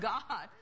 God